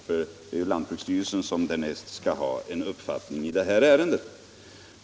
Det är lantbruksstyrelsen som härnäst skall ge uttryck för en uppfattning i det här ärendet.